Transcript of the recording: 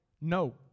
no